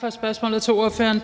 for spørgsmålet.